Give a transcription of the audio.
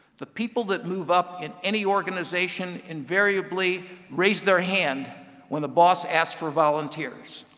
the people that move up in any organization invariably raise their hand when the boss asks for volunteers.